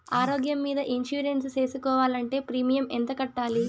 ఆరోగ్యం మీద ఇన్సూరెన్సు సేసుకోవాలంటే ప్రీమియం ఎంత కట్టాలి?